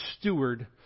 steward